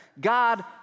God